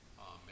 Amen